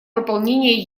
выполнение